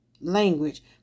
language